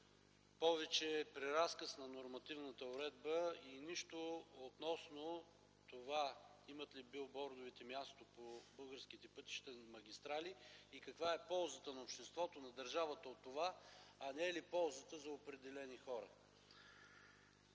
повече преразказ на нормативната уредба и нищо относно това имат ли билбордовете място по българските пътища и магистрали и каква е ползата на обществото, на държавата от това? Не е ли полза за определени хора?